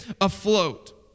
afloat